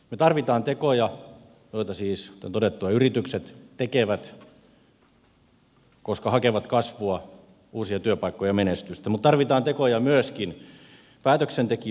me tarvitsemme tekoja joita siis kuten todettua yritykset tekevät koska ne hakevat kasvua uusia työpaikkoja menestystä mutta tarvitsemme tekoja myöskin päätöksentekijöiltä